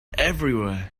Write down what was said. everywhere